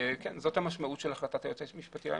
זו המשמעות של החלטת היועץ המשפטי לממשלה.